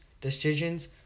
decisions